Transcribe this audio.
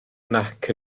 nac